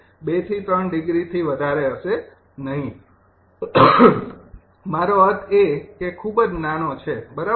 ૨ થી ૩ ડિગ્રીથી વધારે હશે નહીં મારો અર્થ એ કે ખૂબ જ નાનો છે બરાબર